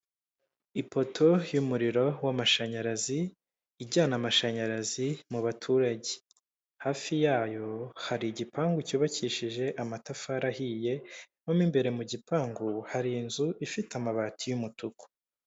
Ipoto y'umuriro w'amashanyarazi ijyana amashanyarazi mu baturage, hafi yayo hari igipangu cyubakishije amatafari ahiye mo m'imbere mu gipangu hari inzu ifite amabati y'umutuku.